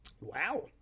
Wow